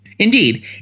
Indeed